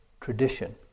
tradition